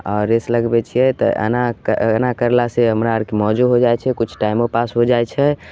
आओर रेस लगबै छिए तऽ एना एना करलासे हमरा आरके मौजो हो जाइ छै किछु टाइमो पास हो जाइ छै